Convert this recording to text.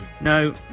No